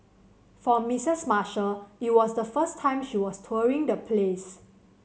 for Missus Marshall it was the first time she was touring the place